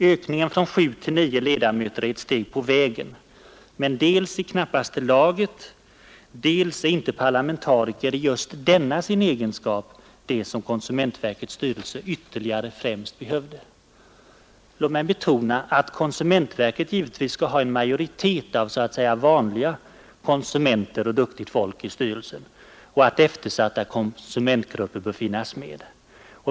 Ökningen från sju till nio ledamöter är ett steg på vägen, men det är dels i knappaste laget, dels är inte parlamentariker i just denna sin egenskap det som konsumentverkets styrelse ytterligare främst behöver. Låt mig betona att konsumentverket givetvis skall ha en majoritet av så att säga vanliga konsumenter och duktigt folk i styrelsen och att eftersatta konsumentgrupper bör finnas med.